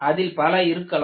அதில் பல இருக்கலாம்